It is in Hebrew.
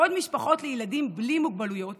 בעוד משפחות לילדים בלי מוגבלויות